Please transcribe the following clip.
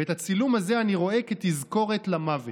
ואת הצילום הזה אני רואה, כתזכורת למוות,